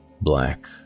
black